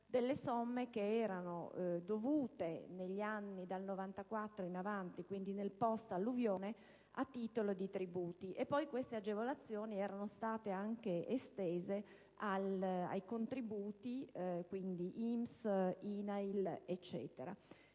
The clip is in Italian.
delle somme che erano dovute negli anni, dal 1994 in avanti, quindi nel periodo post-alluvione, a titolo di tributi. Poi tali agevolazioni erano state anche estese ai contributi INPS, INAIL eccetera.